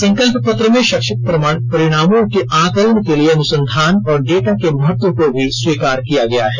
संकल्प पत्र में शैक्षिक परिणामों के आकलन के लिए अनुसंधान और डेटा के महत्व को भी स्वीकार किया गया है